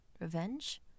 Revenge